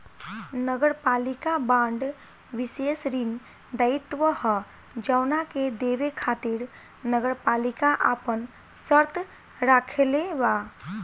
नगरपालिका बांड विशेष ऋण दायित्व ह जवना के देवे खातिर नगरपालिका आपन शर्त राखले बा